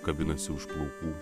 kabinasi už plaukų